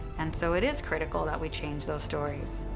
and so it is critical that we change those stories.